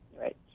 Right